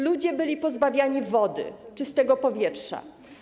Ludzie byli pozbawiani wody, czystego powietrza.